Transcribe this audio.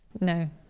No